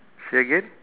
say again